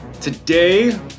Today